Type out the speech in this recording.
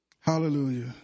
Hallelujah